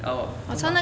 oh 多少